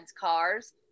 cars